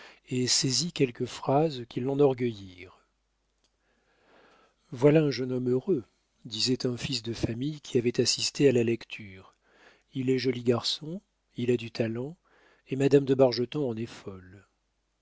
et saisit quelques phrases qui l'enorgueillirent voilà un jeune homme heureux disait un fils de famille qui avait assisté à la lecture il est joli garçon il a du talent et madame de bargeton en est folle